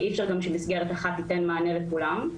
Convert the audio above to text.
אי אפשר גם שמסגרת אחת תיתן מענה לכולם.